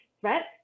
threat